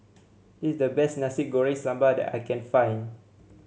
this is the best Nasi Goreng Sambal that I can find